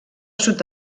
sud